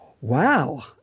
Wow